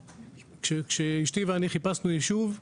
כשאשתי ואני חיפשנו יישוב,